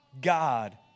God